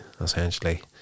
Essentially